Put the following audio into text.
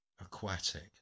aquatic